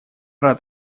рад